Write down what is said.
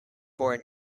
born